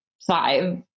five